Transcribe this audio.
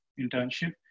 internship